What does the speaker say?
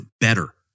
better